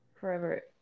forever